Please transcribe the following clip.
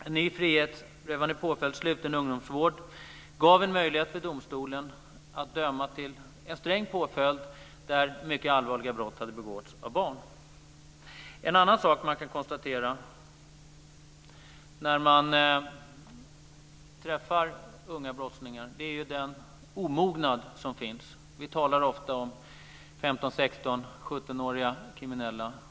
En ny frihetsberövande påföljd, sluten ungdomsvård, gav en möjlighet för domstolen att döma till en sträng påföljd där mycket allvarliga brott hade begåtts av barn. En annan sak som man kan konstatera när man träffar unga brottslingar är den omognad som finns. Vi talar ofta om 15-, 16 och 17-åriga kriminella.